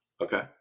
Okay